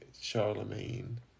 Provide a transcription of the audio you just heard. Charlemagne